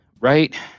right